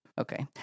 Okay